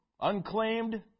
unclaimed